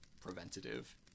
preventative